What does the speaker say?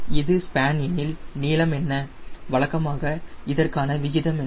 இது ஸ்பேன் எனில் நீளம் என்ன வழக்கமாக இதற்கு விகிதம் என்ன